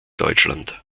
deutschland